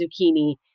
zucchini